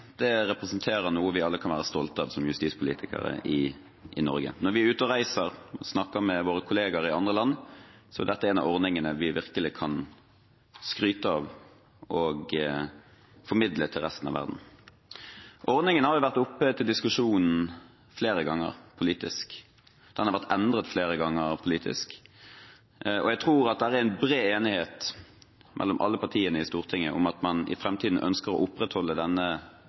Voldsoffererstatning representerer noe vi kan være stolte av som justispolitikere i Norge. Når vi er ute og reiser og snakker med våre kolleger i andre land, er dette en av ordningene vi virkelig kan skryte av og formidle til resten av verden. Ordningen har vært oppe til diskusjon flere ganger politisk, og den har vært endret flere ganger politisk. Jeg tror det er bred enighet mellom alle partiene i Stortinget om at man i fremtiden ønsker å opprettholde